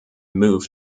move